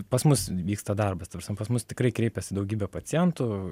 pas mus vyksta darbas ta prasme pas mus tikrai kreipiasi daugybė pacientų